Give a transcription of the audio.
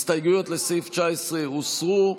הסתייגויות לסעיף 19 הוסרו.